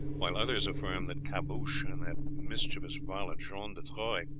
while others affirm that caboche, and that mischievous varlet john de troyes,